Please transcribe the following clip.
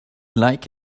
like